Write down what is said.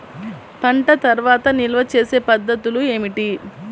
పంట తర్వాత నిల్వ చేసే పద్ధతులు ఏమిటి?